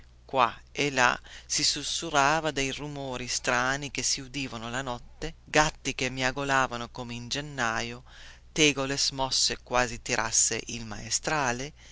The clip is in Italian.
qua e là si sussurrava dei rumori strani che si udivano la notte gatti che miagolavano come in gennaio tegole smosse quasi tirasse il maestrale